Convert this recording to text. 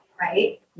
Right